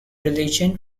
religion